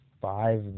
five